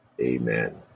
Amen